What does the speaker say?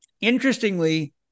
interestingly